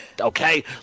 okay